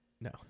No